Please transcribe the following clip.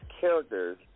characters